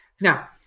Now